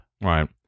right